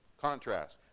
contrast